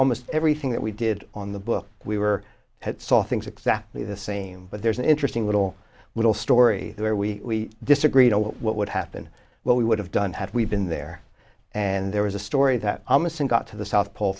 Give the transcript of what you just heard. almost everything that we did on the book we were had saw things exactly the same but there's an interesting little little story there we disagreed what would happen what we would have done had we been there and there was a story that i'm missing got to the south pole